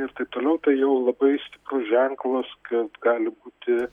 ir taip toliau tai jau labai stiprus ženklus kad gali būti